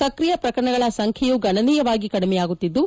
ಸ್ಕ್ರಿಯ ಪ್ರಕರಣಗಳ ಸಂಬ್ದೆಯೂ ಗಣನೀಯವಾಗಿ ಕಡಿಮೆಯಾಗುತ್ತಿದ್ದು